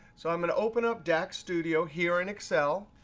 so i'm going to open up dax studio here in excel.